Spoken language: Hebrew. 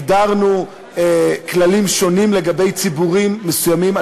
הגדרנו כללים שונים לגבי ציבורים מסוימים,